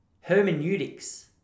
Hermeneutics